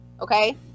Okay